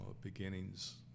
beginnings